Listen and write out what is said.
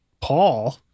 Paul